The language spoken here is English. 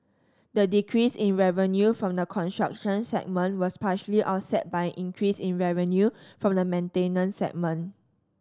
the decrease in revenue from the construction segment was partially offset by an increase in revenue from the maintenance segment